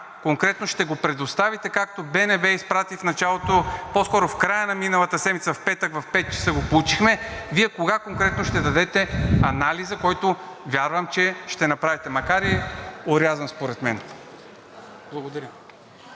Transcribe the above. конкретно ще го предоставите, както БНБ изпрати в началото – по-скоро в края на миналата седмица, в петък, в пет часа го получихме, Вие кога конкретно ще дадете анализа, който вярвам, че ще направите, макар и орязан според мен? Благодаря.